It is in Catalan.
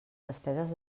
despeses